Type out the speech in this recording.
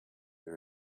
they